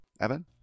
Evan